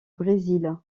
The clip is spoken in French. brésil